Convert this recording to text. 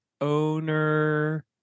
owner